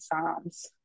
psalms